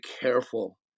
careful